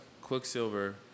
Quicksilver